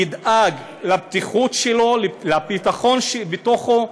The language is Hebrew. ידאג לבטיחות שלו, לביטחון בתוכו.